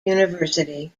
university